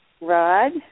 Rod